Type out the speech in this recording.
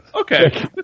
Okay